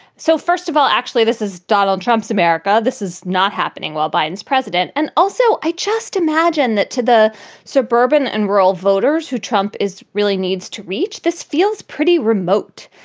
so first of all, actually, this is donald trump's america. this is not happening while biden is president. and also, i just imagine that to the suburban and rural voters who trump is really needs to reach. this feels pretty remote,